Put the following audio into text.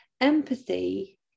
empathy